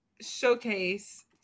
showcase